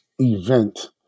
event